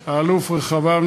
הורסת.